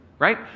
right